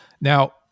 now